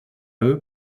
eux